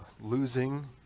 losing